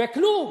וכלום.